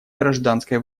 гражданской